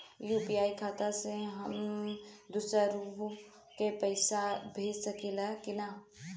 UPI खाता से हम दुसरहु के पैसा भेज सकीला की ना?